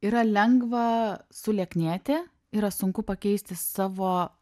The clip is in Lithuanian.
yra lengva sulieknėti yra sunku pakeisti savo